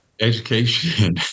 Education